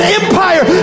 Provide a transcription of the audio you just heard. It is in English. empire